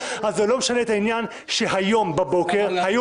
אז זה לא משנה את העניין שהיום בבוקר היו